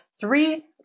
three